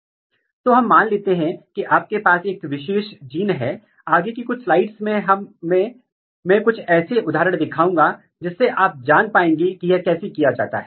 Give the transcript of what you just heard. एक और संभावना यह है कि आपके पास एक उत्परिवर्ती है आपके पास एक फेनोटाइप है अब दूसरा म्यूटेशन जिसे आप पूरी तरह से स्वतंत्र या अलग जीन में पहचानते हैं और यदि यह उत्परिवर्तन इस म्यूटेंट के फेनोटाइप को सप्रेस कर रहा है तो इसे एक्सट्रैजेनिक कहा जाता है